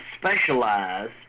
specialize